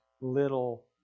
little